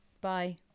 Bye